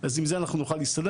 אז עם זה אנחנו נוכל להסתדר,